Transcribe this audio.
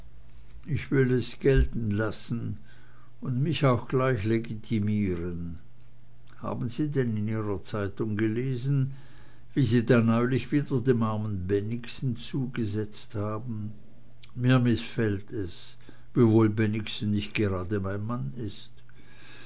ich will es gelten lassen und mich auch gleich legitimieren haben sie denn in ihrer zeitung gelesen wie sie da neulich wieder dem armen bennigsen zugesetzt haben mir mißfällt es wiewohl bennigsen nicht gerade mein mann ist